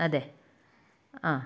അതെ ആ